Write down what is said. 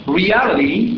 reality